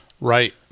Right